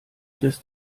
des